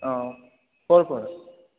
অঁ ক'ৰপৰা